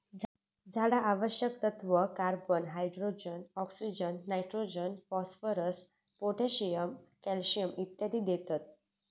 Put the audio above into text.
झाडा आवश्यक तत्त्व, carbon, hydrogen, oxygen, nitrogen, phosphorus, potassium, calcium इत्यादी देतत